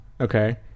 Okay